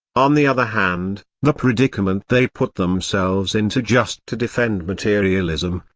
on the other hand, the predicament they put themselves into just to defend materialism,